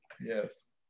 yes